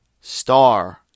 star